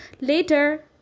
later